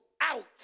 out